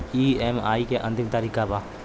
EMI के अंतिम तारीख का बा?